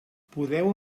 podeu